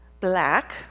black